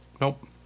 Nope